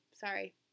Sorry